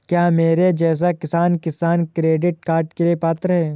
क्या मेरे जैसा किसान किसान क्रेडिट कार्ड के लिए पात्र है?